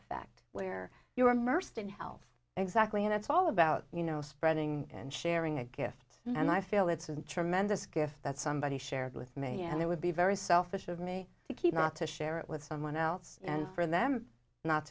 effect where you are immersed in health exactly and it's all about you know spreading and sharing a gift and i feel it's a tremendous gift that somebody shared with me and it would be very selfish of me to keep not to share it with someone else and for them not